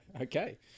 Okay